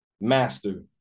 master